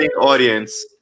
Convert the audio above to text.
audience